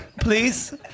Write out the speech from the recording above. please